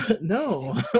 no